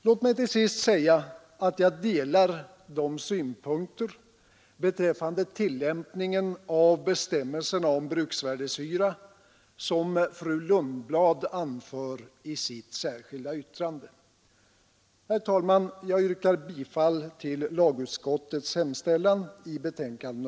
Låt mig till sist säga att jag delar de synpunkter beträffande tillämpningen av bestämmelserna om bruksvärdeshyra som fru Lundblad anför i sitt särskilda yttrande. Herr talman! Jag yrkar bifall till utskottets hemställan.